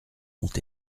ont